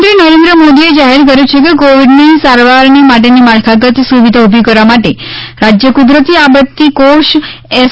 પ્રધાનમંત્રી નરેન્દ્ર મોદીએ જાહેર કર્યું છે કે કોવિડની સારવાર માટેની માળખાગત સુવિધા ઊભી કરવા માટે રાજ્ય કુદરતી આપતી કોષ એસ